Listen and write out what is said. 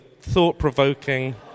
thought-provoking